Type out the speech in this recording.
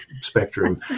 spectrum